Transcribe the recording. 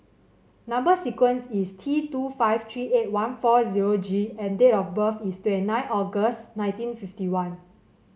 number sequence is T two five three eight one four zero G and date of birth is twenty nine August nineteen fifty one